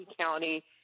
county